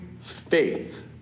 faith